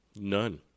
None